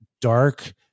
dark